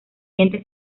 diente